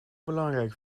belangrijk